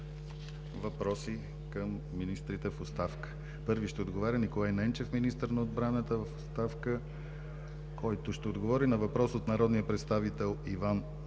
въпроси към министрите в оставка. Първи ще отговаря Николай Ненчев – министър на отбраната в оставка, който ще отговори на въпрос от народните представители Иван